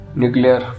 nuclear